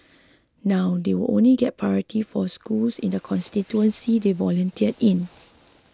now they will only get priority for schools in the constituencies they volunteer in